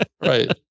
Right